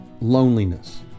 loneliness